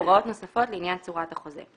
הוראות נוספות לעניין צורת החוזה."